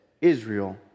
Israel